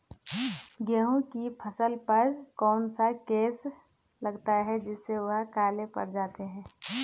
गेहूँ की फसल पर कौन सा केस लगता है जिससे वह काले पड़ जाते हैं?